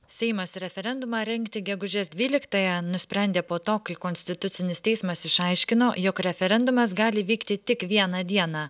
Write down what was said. seimas referendumą rengti gegužės dvyliktąją nusprendė po to kai konstitucinis teismas išaiškino jog referendumas gali vykti tik vieną dieną